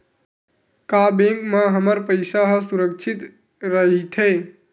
का बैंक म हमर पईसा ह सुरक्षित राइथे?